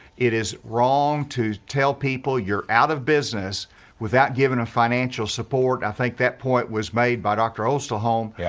it is wrong to tell people you're out of business without giving a financial support. i think that point was made by dr. osterholm, yeah